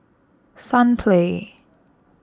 Sunplay